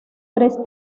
tres